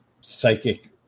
psychic